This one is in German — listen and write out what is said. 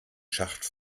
schacht